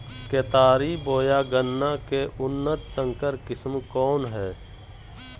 केतारी बोया गन्ना के उन्नत संकर किस्म कौन है?